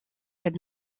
had